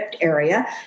area